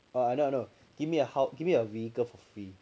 ah I know I know give me a help give me a vehicle for free